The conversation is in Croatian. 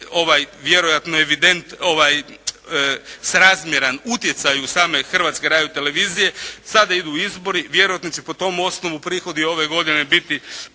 nije vjerojatno srazmjeran utjecaju same Hrvatske radiotelevizije. Sada idu izbori. Vjerojatno će po tom osnovu prihodi ove godine biti